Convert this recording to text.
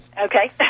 Okay